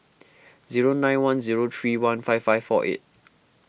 zero nine one zero three one five five four eight